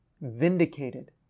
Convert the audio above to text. vindicated